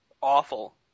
awful